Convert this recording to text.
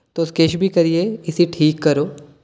तुस किश बी करियै इसी ठीक करो